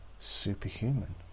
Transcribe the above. superhuman